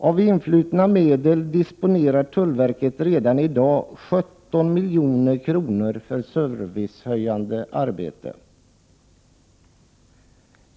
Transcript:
Av influtna medel disponerar tullverket redan i dag 17 milj.kr. för servicehöjande arbete.